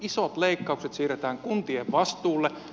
isot leikkaukset siirretään kuntien vastuulle